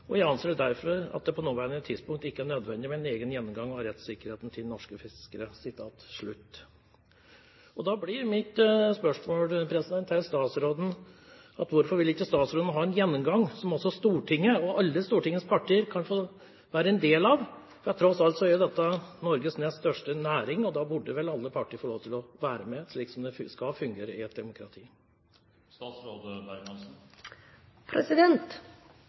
og jeg anser derfor at det på nåværende tidspunkt ikke er nødvendig med en egen gjennomgang av rettssikkerheten til norske fiskere.» Da blir mitt spørsmål til statsråden: Hvorfor vil ikke statsråden ha en gjennomgang som også Stortinget og alle Stortingets partier kan få være en del av? Tross alt er dette Norges nest største næring, og da burde vel alle partier få lov til å være med, slik som det skal fungere i et demokrati.